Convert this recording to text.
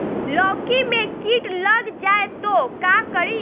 लौकी मे किट लग जाए तो का करी?